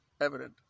evident